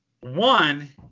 one